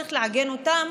צריך לעגן אותן